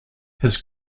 his